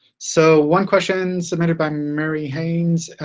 so one question submitted by murray haynes